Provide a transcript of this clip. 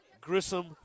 Grissom